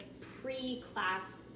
pre-class